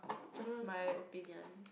just my opinion